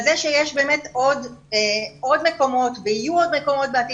זה שיש באמת עוד מקומות ויהיו עוד מקומות בעתיד,